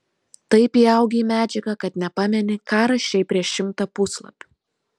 taip įaugi į medžiagą kad nepameni ką rašei prieš šimtą puslapių